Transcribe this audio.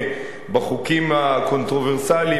בחוקים הקונטרוורסליים,